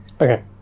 Okay